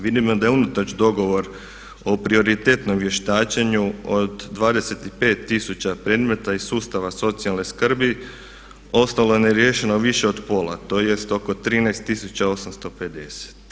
Vidimo da je unatoč dogovor o prioritetnom vještačenju od 25000 predmeta iz sustava socijalne skrbi ostalo neriješeno više od pola, tj. oko 13850.